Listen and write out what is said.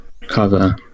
cover